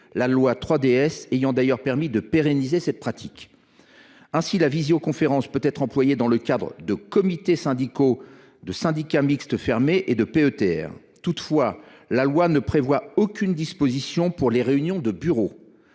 locale (3DS) ayant d’ailleurs permis de pérenniser cette pratique. Ainsi, la visioconférence peut être employée pour la tenue de comités syndicaux de syndicats mixtes fermés et de PETR. Toutefois, la loi ne prévoit aucune disposition pour les réunions de bureau.